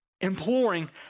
imploring